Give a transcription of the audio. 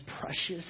precious